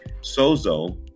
Sozo